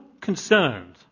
concerned